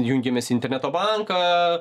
jungiamės į interneto banką